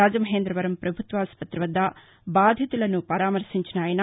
రాజమహేంద్రవరం ప్రభుత్వాస్పతి వద్ద బాధితులను పరామర్శించిన ఆయన